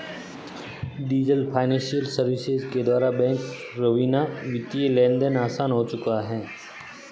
diesel financial services के द्वारा bank रवीना वित्तीय लेनदेन आसान हो चुका है